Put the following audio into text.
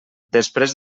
després